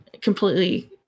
completely